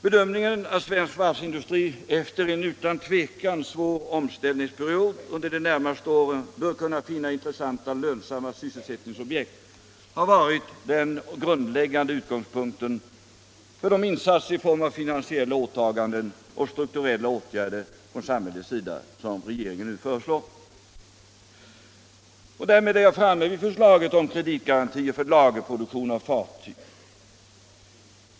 Bedömningen att svensk varvsindustri efter en utan tvivel svår omställningsperiod under de närmaste åren bör kunna finna intressanta och lönsamma sysselsättningsobjekt har varit den grundläggande utgångspunkten för de insatser i form av finansiella åtaganden och strukturella åtgärder från samhällets sida som regeringen nu föreslår. Därmed är jag framme vid förslaget om kreditgarantier för lagerproduktion av fartyg.